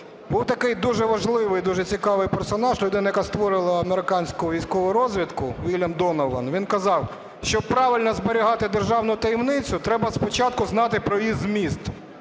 Був такий дуже важливий і дуже цікавий персонаж, людина, яка створила американську військову розвідку – Вільям Донован. Він казав: "Щоб правильно зберігати державну таємницю, треба спочатку знати про її зміст".